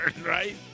right